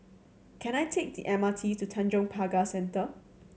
can I take the M R T to Tanjong Pagar Centre